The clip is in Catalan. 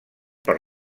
per